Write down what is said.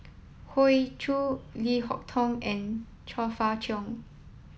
Hoey Choo Leo Hee Tong and Chong Fah Cheong